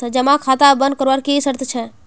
जमा खाता बन करवार की शर्त छे?